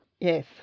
Yes